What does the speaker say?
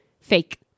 Fake